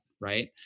Right